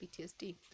ptsd